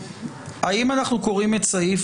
האם אנחנו קוראים את סעיף